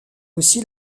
aussi